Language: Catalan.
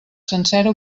sencera